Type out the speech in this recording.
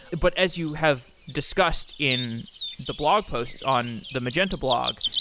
but as you have discussed in the blog posts on the magenta blog,